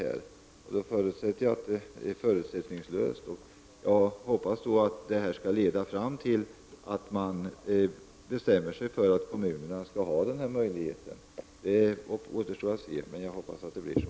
Jag utgår då från att en sådan prövning blir förutsättningslös, och jag hoppas att den skall leda fram till att man bestämmer sig för att kommunerna skall ha den här möjligheten. Det återstår att se, men jag hoppas att det blir så.